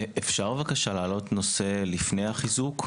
אפשר בבקשה לעלות נושא לפני החיזוק?